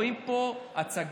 רואים פה הצגה